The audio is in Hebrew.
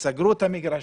סגרו את המגרשים,